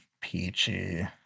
peachy